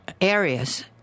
areas